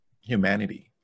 humanity